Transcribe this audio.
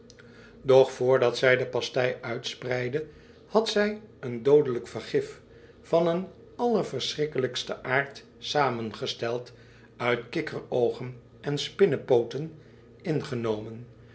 doch voordat zij de pastei uitspreidde had zij een doodelijk vergif van een allerverschrikkelijksten aard samengesteld uit kikkeroogen en spinnenpooten ingenomen